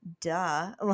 duh